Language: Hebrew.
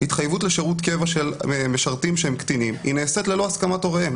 התחייבות לשירות קבע של משרתים שהם קטינים נעשית ללא הסכמת הוריהם.